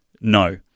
No